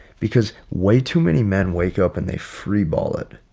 because way too many men wake up and they freeball it.